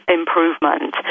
improvement